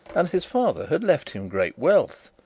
and his father had left him great wealth.